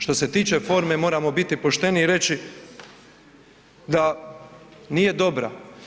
Što se tiče forme, moramo biti pošteni i reći da nije dobra.